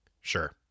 Sure